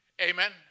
Amen